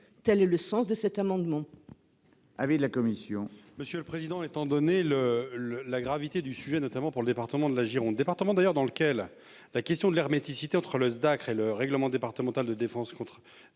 telles le sens de cet amendement.